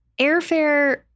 airfare